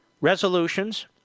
resolutions